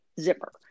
zipper